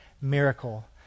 miracle